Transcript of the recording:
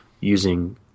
using